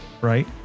right